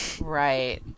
Right